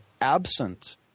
absent